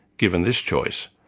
given this choice,